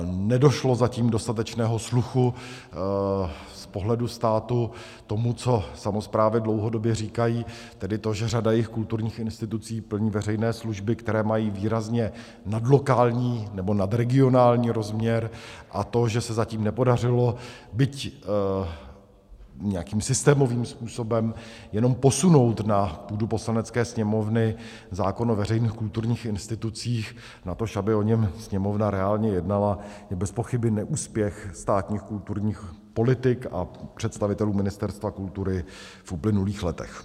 Nedošlo zatím dostatečného sluchu z pohledu státu tomu, co samosprávy dlouhodobě říkají, tedy to, že řada jejich kulturních institucí plní veřejné služby, které mají výrazně nadlokální nebo nadregionální rozměr, a to, že se zatím nepodařilo byť nějakým systémovým způsobem jenom posunout na půdu Poslanecké sněmovny zákon o veřejných kulturních institucích, natož aby o něm Sněmovna reálně jednala, je bezpochyby neúspěch státních kulturních politik a představitelů Ministerstva kultury v uplynulých letech.